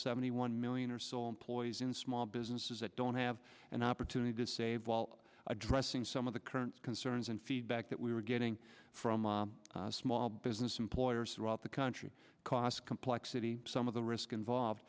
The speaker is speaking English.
seventy one million or so employees in small businesses that don't have an opportunity to save while addressing some of the current concerns and feedback that we're getting from small business employers throughout the country cost complexity some of the risk involved